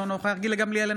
אינו נוכח גילה גמליאל,